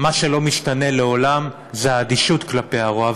מה שלא משתנה לעולם זה האדישות כלפי הרוע.